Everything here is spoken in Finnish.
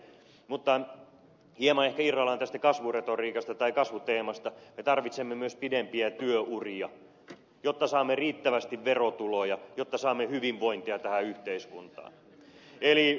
mutta hieman ehkä irrallaan tästä kasvuretoriikasta tai kasvuteemasta me tarvitsemme myös pidempiä työuria jotta saamme riittävästi verotuloja jotta saamme hyvinvointia tähän yhteiskuntaan